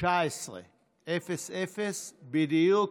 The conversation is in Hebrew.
19:00 בדיוק.